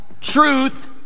truth